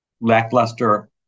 lackluster